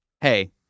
Hey